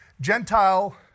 Gentile